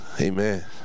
amen